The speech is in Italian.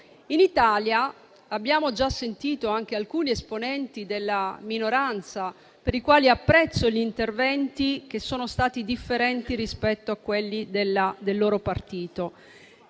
In Italia abbiamo già sentito anche alcuni esponenti della minoranza dei quali apprezzo gli interventi che sono stati differenti rispetto a quelli del loro partito.